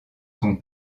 son